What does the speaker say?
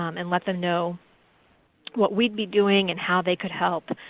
um and let them know what we'd be doing and how they could help.